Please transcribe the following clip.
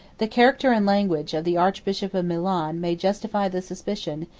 the character and language of the archbishop of milan may justify the suspicion,